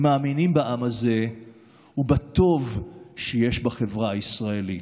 הם מאמינים בעם הזה ובטוב שיש בחברה הישראלית.